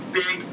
big